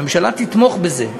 שהממשלה תתמוך בזה.